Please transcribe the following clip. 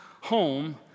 home